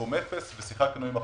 סכום אפס, ושיחקנו עם החודשים,